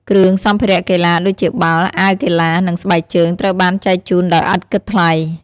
គ្រឿងសម្ភារៈកីឡាដូចជាបាល់ អាវកីឡា និងស្បែកជើង ត្រូវបានចែកជូនដោយឥតគិតថ្លៃ។